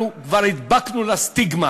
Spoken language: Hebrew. אנחנו כבר הדבקנו לה סטיגמה,